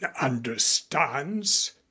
understands